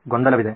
ಗೊಂದಲವಿದೆ